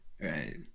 right